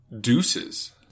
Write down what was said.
deuces